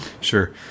sure